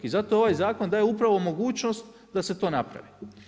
I zato ovaj zakon daje upravo mogućnost da se to napravi.